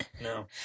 No